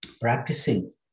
practicing